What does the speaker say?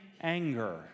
anger